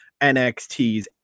NXTs